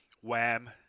wham